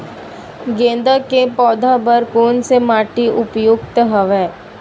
गेंदा के पौधा बर कोन से माटी उपयुक्त हवय?